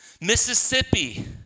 Mississippi